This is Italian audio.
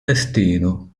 destino